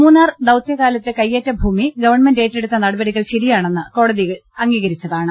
മൂന്നാർ ദൌത്യകാലത്തെ കയ്യേറ്റഭൂമി ഗവൺമെന്റ് ഏറ്റെടുത്ത നടപടികൾ ശരിയാണെന്ന് കോടതികൾ അംഗ്ലീകരിച്ചതാണ്